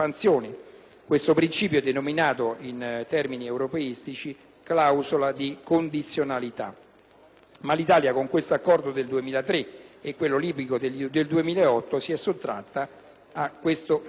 Questo principio è denominato, in termini europeistici, clausola di condizionalità. Ma l'Italia con questo accordo del 2003 e con quello libico del 2008 si è sottratta a questa prassi